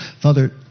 Father